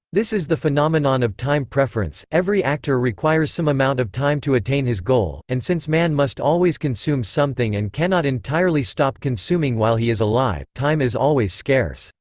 this is the phenomenon of time preference. every actor requires some amount of time to attain his goal, and since man must always consume something and cannot entirely stop consuming while he is alive, time is always scarce.